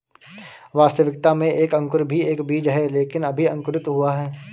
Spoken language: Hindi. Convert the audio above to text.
वास्तविकता में एक अंकुर भी एक बीज है लेकिन अभी अंकुरित हुआ है